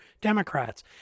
Democrats